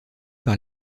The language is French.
par